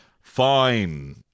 Fine